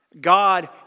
God